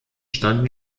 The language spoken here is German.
standen